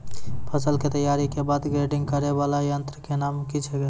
फसल के तैयारी के बाद ग्रेडिंग करै वाला यंत्र के नाम की छेकै?